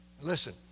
Listen